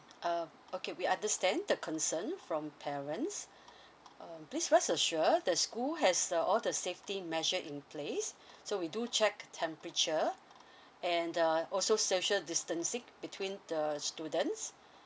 um okay we understand the concern from parents um please rest assured the school has uh all the safety measure in place so we do check temperature and the also social distancing between the students